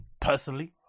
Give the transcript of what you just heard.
personally